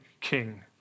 king